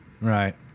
Right